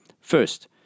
First